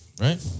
right